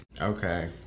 Okay